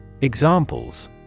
Examples